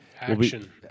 Action